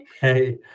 Hey